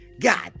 God